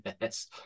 Yes